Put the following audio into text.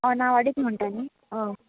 हय नावाडीत म्हणटा न्ही ह